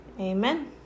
Amen